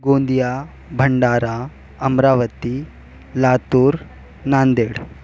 Gondia Bhandara Amravati Latur Nanded